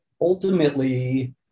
ultimately